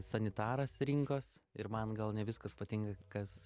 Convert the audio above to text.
sanitaras rinkos ir man gal ne viskas patinka kas